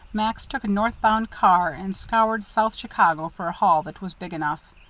max took a north-bound car and scoured south chicago for a hall that was big enough.